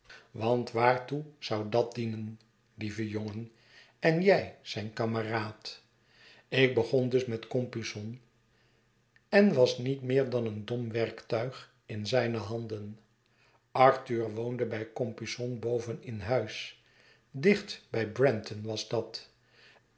want waartoe zou dat dienen lieve jongen en jij zijn kameraad ik begon dus met compeyson en was niet meer dan een dom werk tuig in zijne handen arthur woonde bij compeyson boven in huis